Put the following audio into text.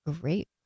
great